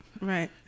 Right